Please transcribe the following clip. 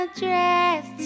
dress